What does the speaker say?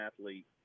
athlete